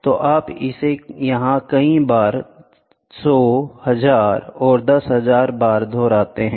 तो आप इसे यह कई बार 100 1000 और 10000 बार दोहराते हैं